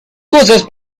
cosas